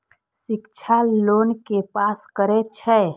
शिक्षा लोन के पास करें छै?